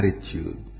attitude